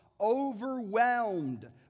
overwhelmed